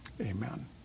Amen